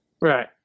Right